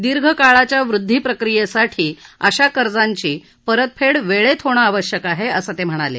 दीर्घकाळाच्या वृद्वी प्रक्रियेसाठी अशा कर्जाची परतफेड वेळेत होणं आवश्यक आहे असं ते म्हणाले